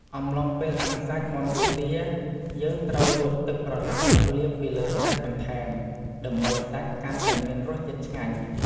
អំឡុងពេលអាំងសាច់មាន់ឬទា យើងត្រូវយកទឹកប្រឡាក់មកលាបពីលើសាច់បន្ថែម ដើម្បីសាច់កាន់តែមានរស់ជាតិឆ្ងាញ់។